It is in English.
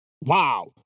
wow